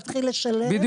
להתחיל לשלם,